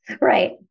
Right